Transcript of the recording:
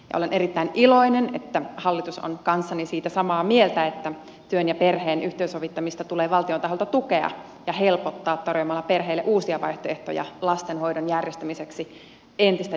olen erittäin iloinen että hallitus on kanssani siitä samaa mieltä että työn ja perheen yhteensovittamista tulee valtion taholta tukea ja helpottaa tarjoamalla perheille uusia vaihtoehtoja lastenhoidon järjestämiseksi entistä joustavammin